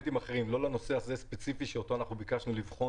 ביקשנו לבחון